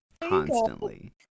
constantly